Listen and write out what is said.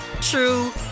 true